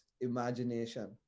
imagination